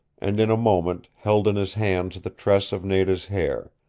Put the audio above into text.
and in a moment held in his hands the tress of nada's hair,